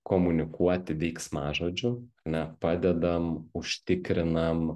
komunikuoti veiksmažodžiu ane padedam užtikrinam